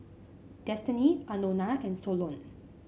Destiny Anona and Solon